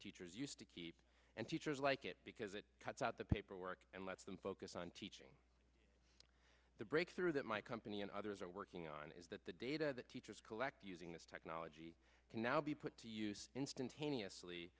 teachers used to keep and teachers like it because it cuts out the paperwork and lets them focus on teaching the breakthrough that my company and others are working on is that the data that teachers collect using this technology can now be put to use instantaneously